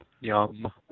Yum